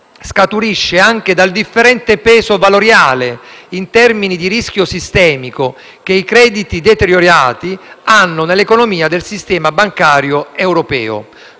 scaturisce anche dal differente peso valoriale in termini di rischio sistemico che i crediti deteriorati hanno nell'economia del sistema bancario europeo,